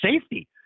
safety